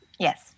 Yes